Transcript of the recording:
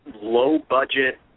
low-budget